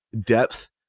depth